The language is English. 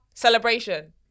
Celebration